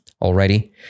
already